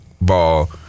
ball